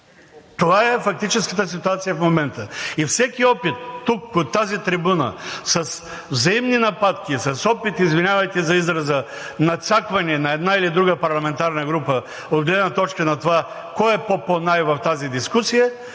Това е фактическата ситуация в момента. И всеки опит тук, от тази трибуна, с взаимни нападки, с опит – извинявайте за израза, надцакване на една или друга парламентарна група от гледна точка на това кой е пò, пò, най в тази дискусия,